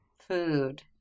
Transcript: food